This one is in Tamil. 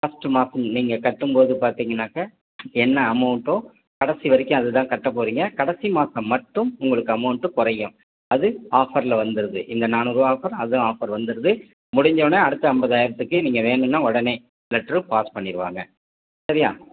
ஃபர்ஸ்ட் மாதம் நீங்கள் கட்டும்போது பார்த்தீங்கன்னாக்க என்ன அமௌன்ட்டோ கடைசி வரைக்கும் அதைத்தான் கட்டப்போகறீங்க கடைசி மாதம் மட்டும் உங்களுக்கு அமௌன்ட் குறயும் அது ஆஃபரில் வந்துருது இந்த நானூறுரூவா ஆஃபர் அதுவும் ஆஃபர் வந்துருது முடிஞ்சோன்னே அடுத்த ஐம்பதாயிரத்துக்கு நீங்கள் வேணுன்னா உடனே லெட்டர் பாஸ் பண்ணிவிடுவாங்க சரியா